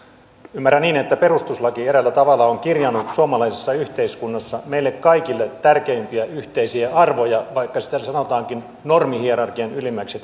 ymmärrän niin että perustuslaki eräällä tavalla on kirjannut suomalaisessa yhteiskunnassa meille kaikille tärkeimpiä yhteisiä arvoja vaikka sitä sanotaankin normihierarkian ylimmäksi